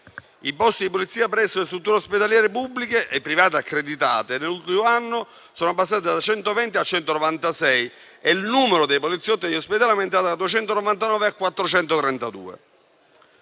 I posti di polizia presso le strutture ospedaliere pubbliche e private accreditate nell'ultimo anno sono passati da 120 a 196 e il numero dei poliziotti negli ospedali è aumentato da 299 a 432.